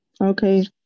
Okay